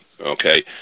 okay